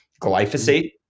glyphosate